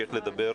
נמשיך לדבר.